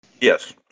Yes